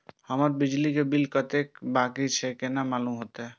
हमर बिजली के बिल कतेक बाकी छे केना मालूम होते?